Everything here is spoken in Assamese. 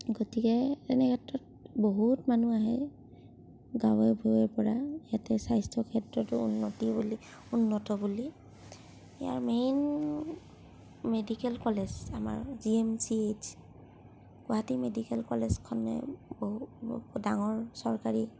গতিকে এনেক্ষেত্ৰত বহুত মানুহ আহে গাঁৱে ভূঁইৰ পৰা ইয়াতে স্বাস্থ্য ক্ষেত্ৰতো উন্নতি বুলি উন্নত বুলি ইয়াৰ মেইন মেডিকেল কলেজ আমাৰ G M C H Guwahati medical কলেজখনে বহুত ডাঙৰ চৰকাৰী